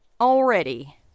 already